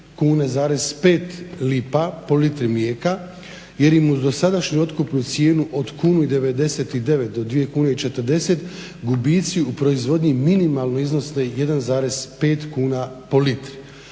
od 4,05 kuna po litri mlijeka jer im uz dosadašnju otkupnu cijenu od 1,99 do 2,40 gubici u proizvodnji minimalno iznose 1,5 kuna po litri.